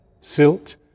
Silt